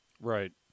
Right